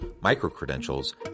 micro-credentials